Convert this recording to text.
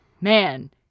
man